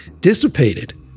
dissipated